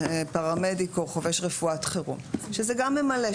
פרמדיק או חובש רפואת חירום שזה גם ממלא,